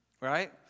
Right